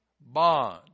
bond